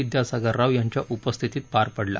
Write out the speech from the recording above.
विद्यासागर राव यांच्या उपस्थितीत पार पडला